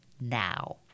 now